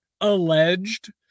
alleged